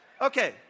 Okay